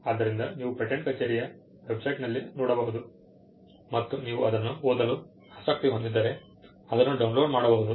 ಆದ್ದರಿಂದ ನೀವು ಪೇಟೆಂಟ್ ಕಚೇರಿಯ ವೆಬ್ಸೈಟ್ನಲ್ಲಿ ನೋಡಬಹುದು ಮತ್ತು ನೀವು ಅದನ್ನು ಓದಲು ಆಸಕ್ತಿ ಹೊಂದಿದ್ದರೆ ಅದನ್ನು ಡೌನ್ಲೋಡ್ ಮಾಡಬಹುದು